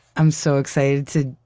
i'm so excited to,